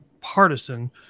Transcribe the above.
partisan